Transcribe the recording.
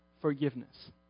forgiveness